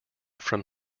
from